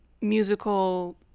musical